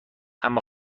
اما